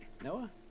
Noah